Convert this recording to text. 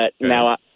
now